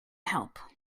help